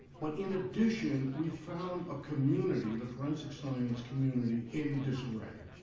but in addition, we found a community, the forensic science community, in disarray.